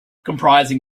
comprising